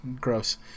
gross